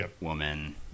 woman